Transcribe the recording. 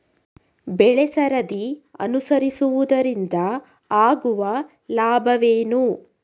ಬೆಳೆಸರದಿ ಅನುಸರಿಸುವುದರಿಂದ ಆಗುವ ಲಾಭವೇನು?